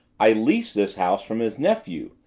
i leased this house from his nephew,